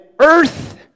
earth